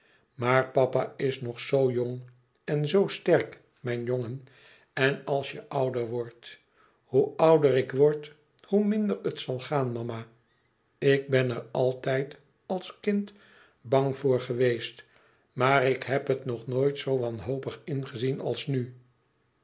maar papa is nog zoo jong en zoo sterk mijn jongen en als je ouder wordt hoe ouder ik word hoe minder het zal gaan mama ik ben er altijd als kind bang voor geweest maar ik heb het nog noit zoo wanhopig ingezien als nu